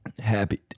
Happy